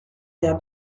der